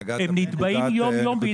הם נתבעים יום-יום בידי עובדים זרים.